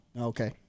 Okay